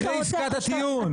אחרי עסקת הטיעון.